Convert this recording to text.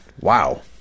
wow